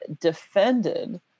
defended